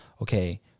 okay